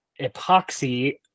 epoxy